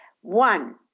One